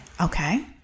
Okay